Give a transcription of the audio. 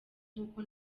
nk’uko